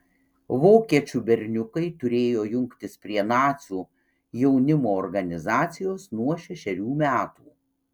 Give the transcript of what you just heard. vokiečių berniukai turėjo jungtis prie nacių jaunimo organizacijos nuo šešerių metų